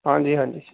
ਹਾਂਜੀ ਹਾਂਜੀ